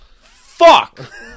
fuck